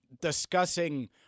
discussing